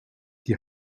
die